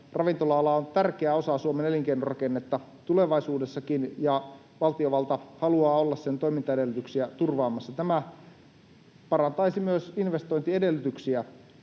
ravintola-ala on tärkeä osa Suomen elinkeinorakennetta tulevaisuudessakin ja valtiovalta haluaa olla sen toimintaedellytyksiä turvaamassa. Tämä parantaisi myös investointiedellytyksiä